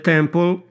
Temple